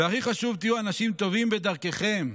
והכי חשוב, תהיו אנשים טובים בדרככם.